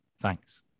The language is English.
Thanks